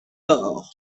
d’or